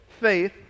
faith